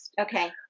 Okay